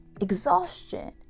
exhaustion